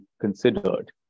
considered